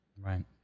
Right